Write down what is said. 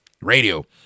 radio